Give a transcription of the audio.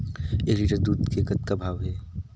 एक लिटर दूध के कतका भाव हे?